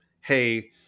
hey